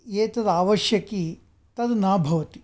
एतद् आवश्यकी तद् न भवति